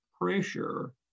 pressure